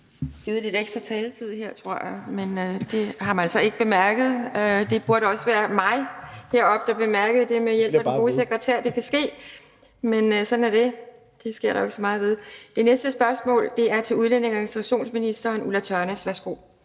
Det næste spørgsmål er til udlændinge- og integrationsministeren. Kl.